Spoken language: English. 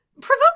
Provoke